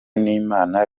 n’imana